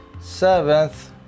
seventh